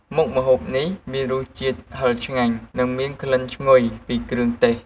មុខម្ហូបនេះមានរសជាតិហិរឆ្ងាញ់ និងមានក្លិនឈ្ងុយពីគ្រឿងទេស។